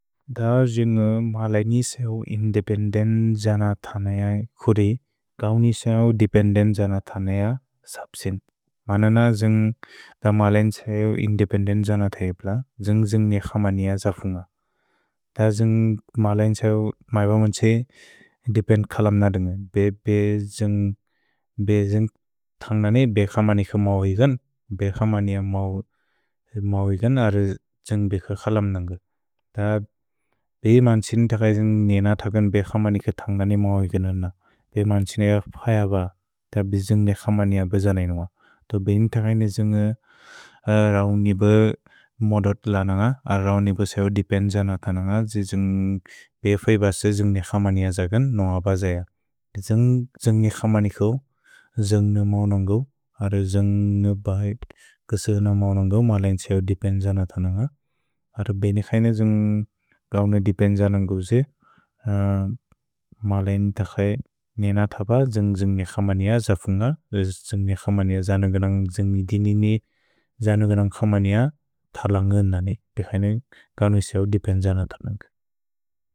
द ज्य्न्गु मलै निसएव् इन्दिपेन्देन् द्अनतनेय कुरि, गौनि अएव् दिपेन्देन् द्अनतनेय सप्सिन्। म्नन ज्य्न्गु द मलै निसएव् इन्दिपेन्देन् द्अनतयेप्ल, ज्य्न्ग् ज्य्न्ग् ने खमनिय त्सफुन्ग। द ज्य्न्गु मलै निसएव् मैब म्त्से इन्दिपेन्देन् खलम् नदुन्ग। बे द्ज्न्ग्, बे द्ज्न्ग् त्न्ग्दनि बे क्समनिक मव्गन्, बे क्समनिय मव्गन् अर् द्ज्न्ग् बे क्सखलम् नन्गु। त् बे इम्न् त्क्सिनि तक्स्इ द्ज्न्ग् नेन्त्कन् बे क्समनिक त्न्ग्दनि मव्गन् अन्। भे इम्न् त्क्सिनि अख्प्य ब, त् बे द्ज्न्ग् ने क्समनिय बेजन्इनु ब। त् बे इम्न् त्क्सैनि द्ज्न्ग् रौनिबु मोद्त् लन्न्ग, अर् रौनिबु स्उ दिपेन्द् जन्त न्न्ग, द्ज् द्ज्न्ग् बे फ्इ बस् द्ज्न्ग् ने क्समनिय ज्कन् न्अ ब ज्य। द्ज्न्ग्, द्ज्न्ग् ने क्समनिक्उ, द्ज्न्ग् न् मौन्न्क्उ, अर्र द्ज्न्ग् न् बैत्, कुस्न् मौन्न्क्उ, म ल्इन् स्उ दिपेन्द् जन्त न्न्ग। अर्र बे ने क्सैनि द्ज्न्ग् रौनिबु दिपेन्द् जन्न्ग्उ ज्, म ल्इन् त् क्सै नेन्त्प द्ज्न्ग् द्ज्न्ग् ने क्समनिय ज्फुन्ग, अर्र द्ज्न्ग् ने क्समनिय ज्नौगन्न्ग् द्ज्न्ग् निद्न्, ज्नौगन्न्ग् क्समनिय त् लन्ग्न् न्नि। भे क्सैनि रौनिबु स्उ दिपेन्द् जन्त न्न्ग।